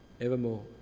evermore